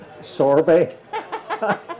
sorbet